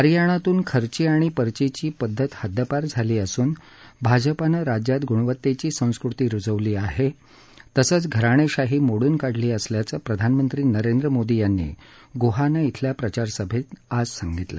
हरियाणातून खर्ची आणि पर्चीची पद्धत हद्दपार झाली असून भाजपानं राज्यात गुणवत्तेची संस्कृती रुजवली आहे तसंच घराणेशाही मोडून काढली असल्याचं प्रधानमंत्री नरेंद्र मोदी यांनी गुहाना श्विल्या प्रचारसभेत आज सांगितलं